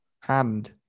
Hand